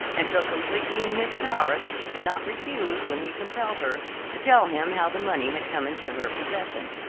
and so completely in his power that she could not refuse when he compelled her to tell him how the money had come into her possession.